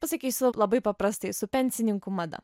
pasakysiu labai paprastai su pensininkų mada